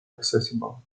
accessible